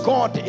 God